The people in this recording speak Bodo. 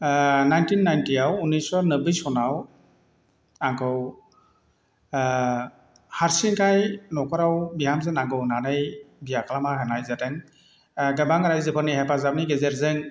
नाइनटिन नाइटियाव उननिसस' नोबबै सनाव आंखौ हारसिंखाय न'खराव बिहामजो नांगौ होननानै बिया खालामना होनाय जादों गोबां रायजोफोरनि हेफाजाबनि गेजेरजों